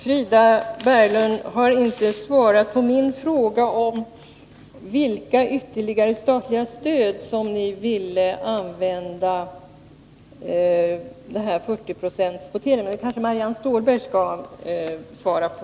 Frida Berglund har inte svarat på min fråga om vilka ytterligare statliga stöd som ni vill använda den här 40-procentskvoteringen för. O.K. — det kanske Marianne Stålberg skall svara på.